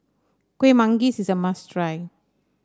Kuih Manggis is a must try